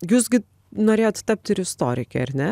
jūs gi norėjot tapt ir istorike ar ne